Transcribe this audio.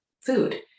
food